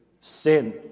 sin